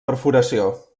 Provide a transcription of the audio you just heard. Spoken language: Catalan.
perforació